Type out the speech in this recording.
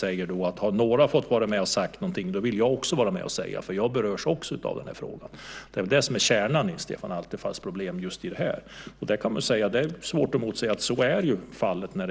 De säger: Om några har fått vara med och säga någonting vill jag också vara med och säga, för jag berörs också av frågan! Det är det som är kärnan i Stefan Attefalls problem. Det är svårt att säga emot detta. Så är ju fallet. Men